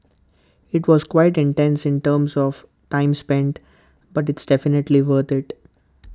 IT was quite intense in terms of time spent but it's definitely worth IT